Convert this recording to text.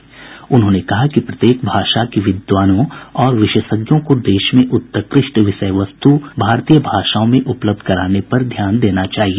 श्री मोदी ने कहा कि प्रत्येक भाषा के विद्वानों और विशेषज्ञों को देश में उत्कृष्ट विषय वस्तु भारतीय भाषाओं में उपलब्ध कराने पर ध्यान देना चाहिए